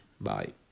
Bye